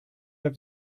have